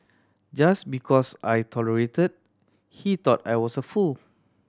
just because I tolerates he thought I was a fool